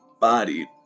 Bodied